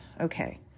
okay